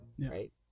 Right